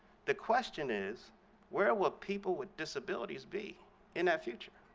the question is where will people with disabilities be in that future?